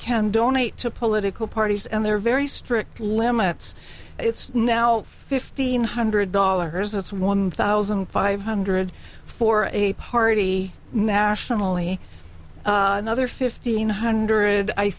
can donate to political parties and there are very strict limits it's now fifteen hundred dollars it's one thousand five hundred for a party nationally another fifteen hundred i